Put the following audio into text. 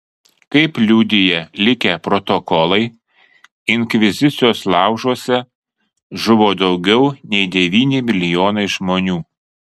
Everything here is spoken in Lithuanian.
kaip liudija likę protokolai inkvizicijos laužuose žuvo daugiau nei devyni milijonai žmonių